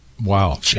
Wow